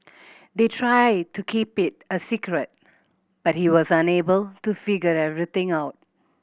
they tried to keep it a secret but he was unable to figure everything out